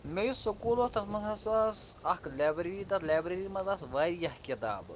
مےٚ یُس سُکوٗل اوس تَتھ منٛز ہسا ٲس اکھ لٮ۪برری تَتھ لٮ۪برری منٛز آس واریاہ کِتابہٕ